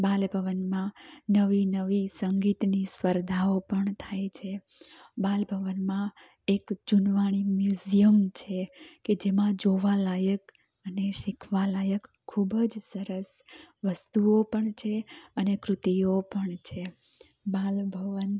બાલભવનમાં નવી નવી સંગીતની સ્પર્ધાઓ પણ થાય છે બાલભવનમાં એક જુનવાણી મ્યુઝિયમ છે કે જેમાં જોવાલાયક અને શીખવાલાયક ખૂબજ સરસ વસ્તુઓ પણ છે અને કૃતિઓ પણ છે બાલભવન